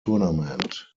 tournament